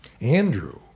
Andrew